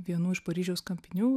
vienų iš paryžiaus kapinių